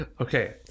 Okay